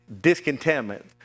discontentment